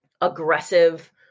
aggressive